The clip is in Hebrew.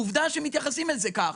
ועובדה שמתייחסים אל זה שונה,